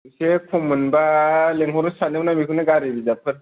एसे खम मोनबा लेंहरनो सानदोंमोन आं बेखौनो गारि रिजाबफोर